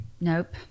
nope